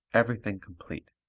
everything complete.